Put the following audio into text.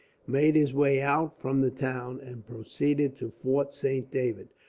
made his way out from the town, and proceeded to fort saint david,